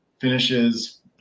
finishes